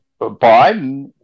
Biden